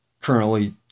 currently